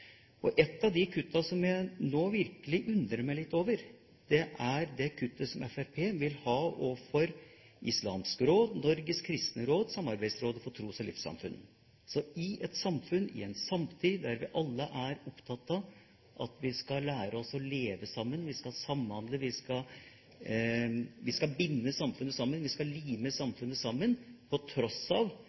Et av de kuttene som jeg nå virkelig undrer meg litt over, er det kuttet som Fremskrittspartiet vil ha til Islamsk Råd, Norges Kristne Råd og Samarbeidsrådet for tros- og livssynssamfunn. I et samfunn, i ei samtid der alle er opptatt av at vi skal lære oss å leve sammen, vi skal samhandle, vi skal binde samfunnet sammen, vi skal lime samfunnet sammen, til tross